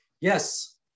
Yes